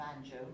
banjo